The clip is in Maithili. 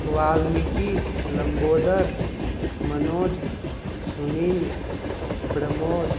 वाल्मीकि लम्बोदर मनोज सुनील प्रमोद